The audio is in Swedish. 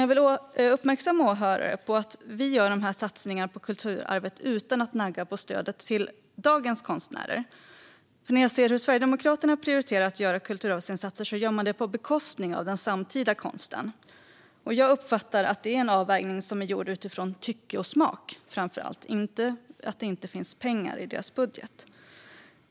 Jag vill uppmärksamma åhörare på att vi gör satsningarna på kulturarvet utan att nagga på stödet till dagens konstnärer. När jag ser hur Sverigedemokraterna prioriterar att göra kulturarvsinsatser ser jag att de gör det på bekostnad av den samtida konsten. Jag uppfattar att det är en avvägning som är gjord utifrån framför allt tycke och smak, inte på grund av att det inte finns pengar i deras budget.